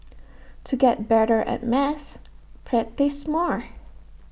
to get better at maths practise more